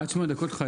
עד שמונה דקות.